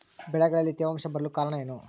ಬೆಳೆಗಳಲ್ಲಿ ತೇವಾಂಶ ಬರಲು ಕಾರಣ ಏನು?